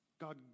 God